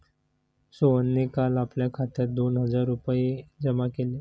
सोहनने काल आपल्या खात्यात दोन हजार रुपये जमा केले